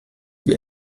wie